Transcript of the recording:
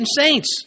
saints